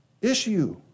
issue